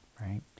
right